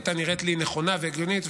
היא הייתה נראית לי נכונה והגיונית,